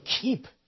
keep